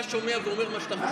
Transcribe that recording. אתה שומע ואתה אומר מה שאתה חושב.